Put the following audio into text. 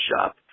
shop